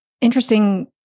Interesting